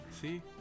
See